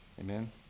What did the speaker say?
Amen